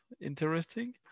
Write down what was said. interesting